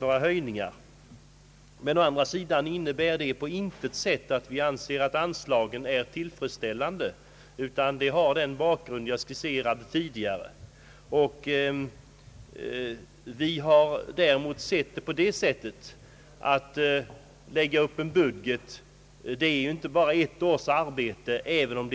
Å andra sidan innebär det på intet sätt att vi anser att anslagen är tillfredsställande, utan bakgrunden härvidlag är den som jag tidigare har skisserat. När en budget läggs upp avser den ju inte bara ett års arbete, även om